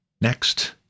next